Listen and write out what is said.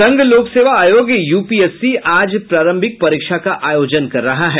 संघ लोक सेवा आयोग यूपीएससी आज प्रारंभिक परीक्षा का आयोजन कर रहा है